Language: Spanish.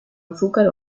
azúcar